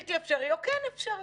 בלתי אפשרי או כן אפשרי.